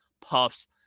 puffs